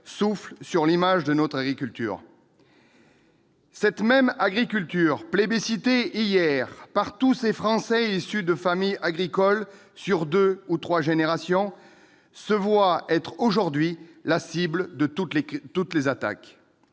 souffle sur l'image de notre agriculture. Cette même agriculture, plébiscitée hier par tous ces Français issus de familles agricoles sur deux ou trois générations, est aujourd'hui la cible de toutes les attaques.